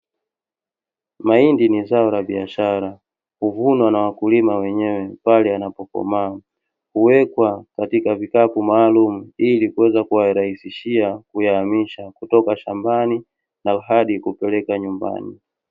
Mahindi ni zao la biashara huvunwa na wakulima wenyewe pale yanapokomaa, huwekwa katika vikapu maalum ili kuweza kuwa rahisishia kuyahamisha kutoka shambani na hadi kupeleka nyumbani.